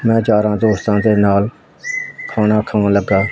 ਮੈਂ ਯਾਰਾਂ ਦੋਸਤਾਂ ਦੇ ਨਾਲ ਖਾਣਾ ਖਾਉਣ ਲੱਗਾ